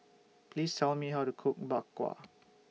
Please Tell Me How to Cook Bak Kwa